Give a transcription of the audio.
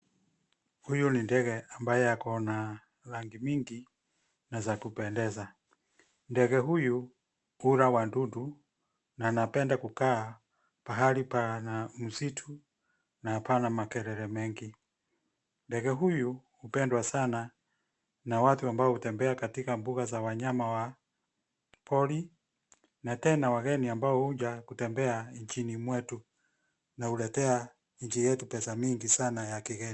Huyu ni ndege ambaye ako na rangi mingi na za kupendeza. Ndege huyu hula wadudu na anapenda kukaa pahali pana msitu na hapana makelele mengi. Ndege huyu hupendwa sana na watu ambao hutembea katika mbuga za wanyama wa pori na tena wageni ambao huja kutembea nchini mwetu na huletea nchi yetu pesa mingi sana ya kigeni.